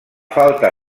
falta